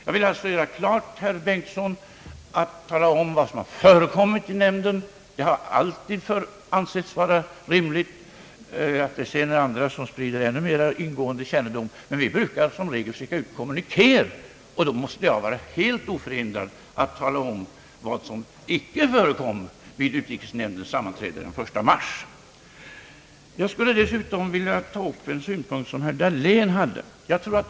Jag vill alltså göra klart, herr Bengtson, att det alltid ansetts vara rimligt att skicka ut meddelande om vad som förekommit i utrikesnämnden. Attsedan andra sprider ännu mer ingående kännedom om överläggningarna i nämnden hör inte hit. Men vi brukar som regel skicka ut kommunikéer, och då måste jag vara helt oförhindrad att tala om vad som icke förekom vid utrikesnämndens sammanträde den 1 mars. Jag skulle dessutom vilja ta upp en synpunkt som herr Dahlén anförde.